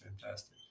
fantastic